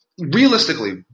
Realistically